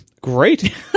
Great